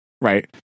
right